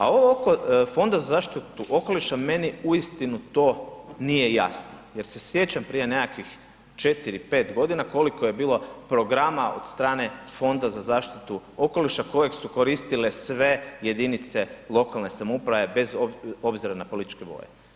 A ovo oko Fonda za zaštitu okoliša, meni uistinu to nije jasno jer se sjećam prije nekakvih 4, 5 godina koliko je bilo programa od strane Fonda za zaštitu okoliša kojeg su koristile sve jedinice lokalne samouprave bez obzira na političke boje.